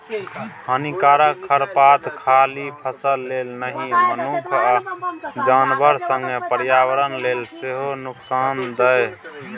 हानिकारक खरपात खाली फसल लेल नहि मनुख आ जानबर संगे पर्यावरण लेल सेहो नुकसानदेह